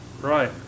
Right